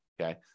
Okay